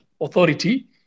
authority